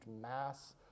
mass